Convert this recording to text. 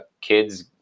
kids